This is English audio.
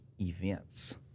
events